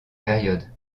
période